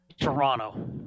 Toronto